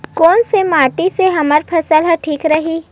कोन से माटी से हमर फसल ह ठीक रही?